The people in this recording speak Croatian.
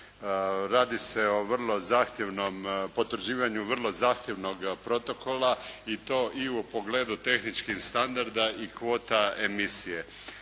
zahtjevnom potvrđivanju vrlo zahtjevnog protokola i to i u pogledu tehničkih standarda i kvota emisije.